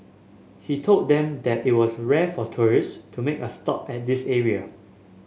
he told them that it was rare for tourist to make a stop at this area